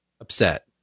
upset